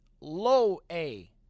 low-A